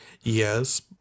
Yes